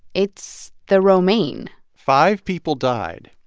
it's the romaine five people died.